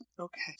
okay